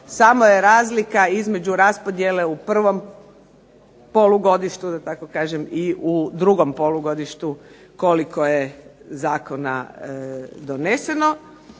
samo je razlika između raspodjele u prvom polugodištu da tako kažem i u drugom polugodištu koliko je zakona doneseno.